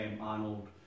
Arnold